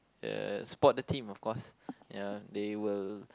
uh support the team of course ya they will